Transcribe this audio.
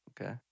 Okay